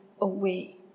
away